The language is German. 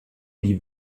diese